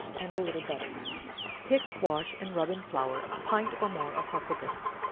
and a little butter pick, wash, and rub in flour a pint or more of huckleberries,